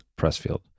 Pressfield